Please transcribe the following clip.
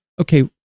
Okay